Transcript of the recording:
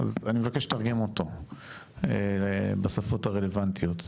אני מבקש לתרגם אותו בשפות הרלוונטיות.